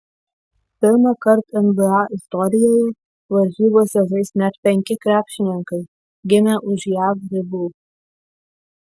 pirmąkart nba istorijoje varžybose žais net penki krepšininkai gimę už jav ribų